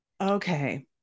Okay